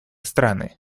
страны